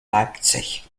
leipzig